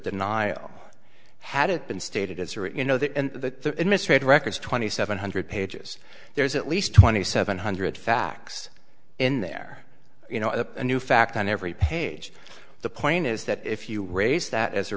denial had it been stated as are you know that the administrative records twenty seven hundred pages there's at least twenty seven hundred facts in there you know a new fact on every page the point is that if you raise that as a